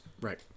Right